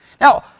Now